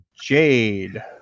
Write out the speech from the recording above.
Jade